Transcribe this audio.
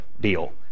deal